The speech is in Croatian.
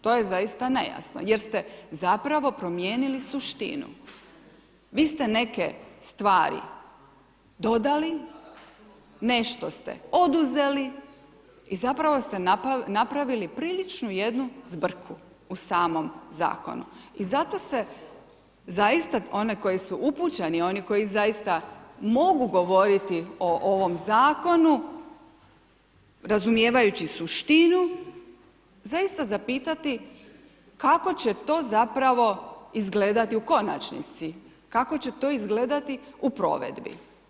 To je zaista nejasno, jer ste zapravo promijenili suštinu vi ste neke stvari dodali, nešto ste oduzeli i zapravo ste napravili prilično jednu zbrku u samom zakonu i zato se zaista oni koji su upućeni, oni koji zaista mogu govoriti o ovome zakonu, razumijevajući suštinu, zaista zapitati kako će to zapravo izgledati u konačnici, kako će to izgledati u provedbi.